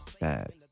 bad